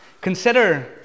Consider